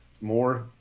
more